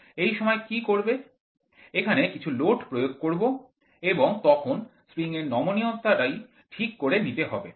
এই সময় কি করবে এখানে কিছু লোড প্রয়োগ করব এবং তখন স্প্রিং এর নমনীয়তা টি ঠিক করে নিতে হবে